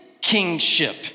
kingship